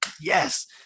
yes